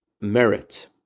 Merit